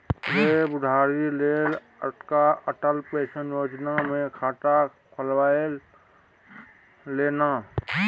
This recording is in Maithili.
रे बुढ़ारी लेल एकटा अटल पेंशन योजना मे खाता खोलबाए ले ना